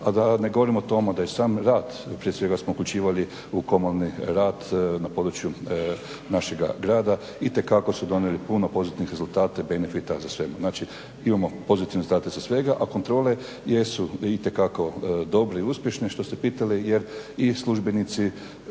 A da ne govorim o tome da i u sam rad, prije svega smo uključivali u komunalni rad na području našega grada, itekako su donijeli puno pozitivnih rezultata i benefita za sve. Znači imamo pozitivne rezultate za svega a kontrole jesu itekako dobre i uspješne, što ste pitali, jer i službenici,